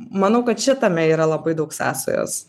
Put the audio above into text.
manau kad čia tame yra labai daug sąsajos